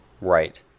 Right